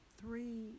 three